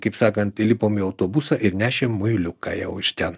kaip sakant įlipom į autobusą ir nešėm muiliuką jau iš ten